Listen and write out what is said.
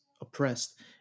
oppressed